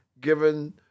Given